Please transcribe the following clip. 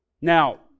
Now